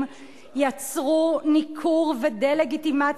זה לא נכון, אדוני?